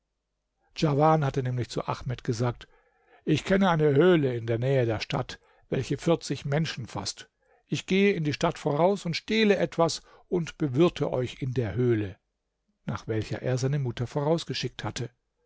djawan hatte nämlich zu ahmed gesagt ich kenne eine höhle in der nähe der stadt welche vierzig menschen faßt ich gehe in die stadt voraus und stehle etwas und bewirte euch in der höhle nach welcher er seine mutter vorausgeschickt hatte